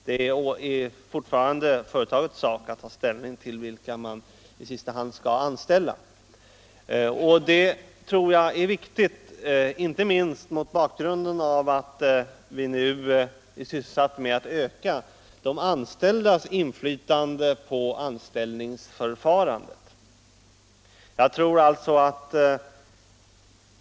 Det är fortfarande företagets sak att ta ställning till vilka arbetssökande man i sista hand skall anställa, och det tror jag är väsentligt, inte minst mot bakgrunden av att vi nu är sysselsatta med att öka de anställdas inflytande på anställningsförfarandet.